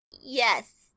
Yes